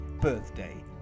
birthday